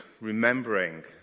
remembering